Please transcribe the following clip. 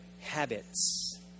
habits